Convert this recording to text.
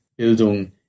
Bildung